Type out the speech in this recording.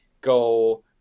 go